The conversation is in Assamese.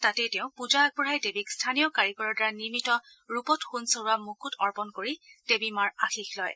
তাতেই তেওঁ পূজা আগবঢ়ায় দেবীক স্থানীয় কাৰিকৰৰ দ্বাৰা নিৰ্মিত ৰূপত সোণচৰোৱা মুকুট অৰ্পণ কৰি দেৱী মাৰ আশীষ লয়